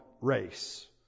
race